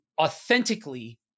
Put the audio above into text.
authentically